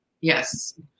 Yes